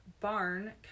barn